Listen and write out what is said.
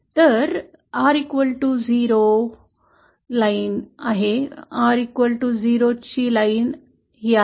तर आर 0 ओळी आहे ही R 0 ची line लाइन आहे